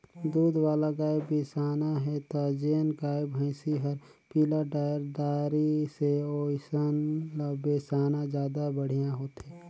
दूद वाला गाय बिसाना हे त जेन गाय, भइसी हर पिला डायर दारी से ओइसन ल बेसाना जादा बड़िहा होथे